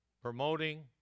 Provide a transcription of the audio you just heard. promoting